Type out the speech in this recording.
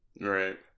Right